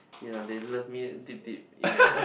ya they love me deep deep in their heart